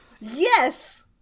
Yes